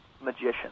magician